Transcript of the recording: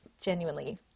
genuinely